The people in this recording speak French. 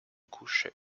couche